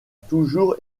toujours